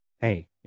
hey